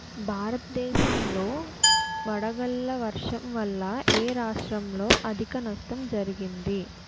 భారతదేశం లో వడగళ్ల వర్షం వల్ల ఎ రాష్ట్రంలో అధిక నష్టం జరిగింది?